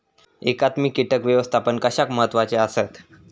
एकात्मिक कीटक व्यवस्थापन कशाक महत्वाचे आसत?